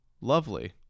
Lovely